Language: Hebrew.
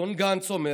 אדון גנץ אומר: